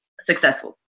successful